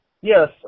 Yes